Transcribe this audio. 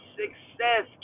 success